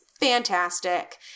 fantastic